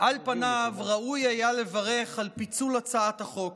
על פניו ראוי היה לברך על פיצול הצעת החוק.